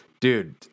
Dude